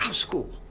school?